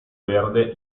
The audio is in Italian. verde